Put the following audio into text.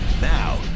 Now